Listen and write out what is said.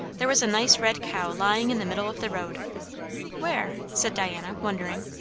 there was a nice red cow lying in the middle of the road where? said diana, wondering.